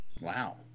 Wow